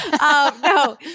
no